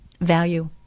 value